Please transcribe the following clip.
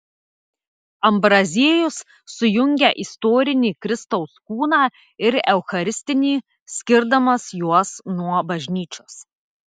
ambraziejus sujungia istorinį kristaus kūną ir eucharistinį skirdamas juos nuo bažnyčios